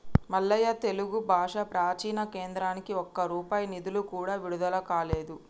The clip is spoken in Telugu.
మల్లయ్య తెలుగు భాష ప్రాచీన కేంద్రానికి ఒక్క రూపాయి నిధులు కూడా విడుదల కాలేదు